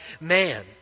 man